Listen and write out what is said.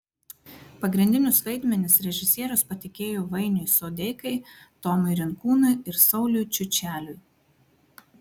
pagrindinius vaidmenis režisierius patikėjo vainiui sodeikai tomui rinkūnui ir sauliui čiučeliui